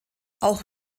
auch